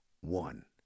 one